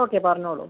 okay പറഞ്ഞോളൂ